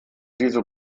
diese